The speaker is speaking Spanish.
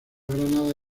granada